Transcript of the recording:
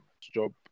job